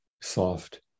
soft